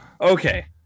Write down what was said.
Okay